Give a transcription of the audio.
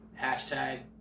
hashtag